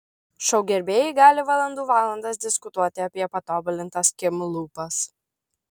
šou gerbėjai gali valandų valandas diskutuoti apie patobulintas kim lūpas